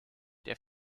der